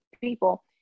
people